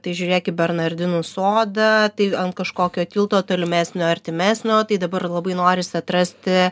tai žiūrėk į bernardinų sodą tai ant kažkokio tilto tolimesnio artimesnio tai dabar labai norisi atrasti